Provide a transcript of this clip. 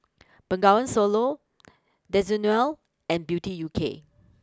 Bengawan Solo Desigual and Beauty U K